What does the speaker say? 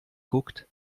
guckt